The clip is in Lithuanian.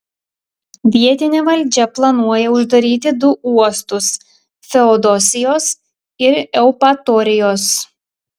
vietinė valdžia planuoja uždaryti du uostus feodosijos ir eupatorijos